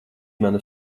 mana